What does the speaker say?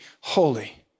holy